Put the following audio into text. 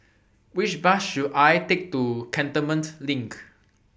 Which Bus should I Take to Cantonment LINK